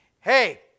Hey